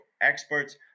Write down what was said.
experts